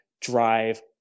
drive